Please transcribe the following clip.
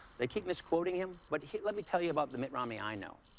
they keep misquoting him, but let me tell you about the mitt romney i know.